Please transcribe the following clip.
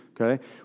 okay